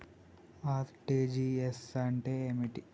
RTGS అంటే ఏమిటి?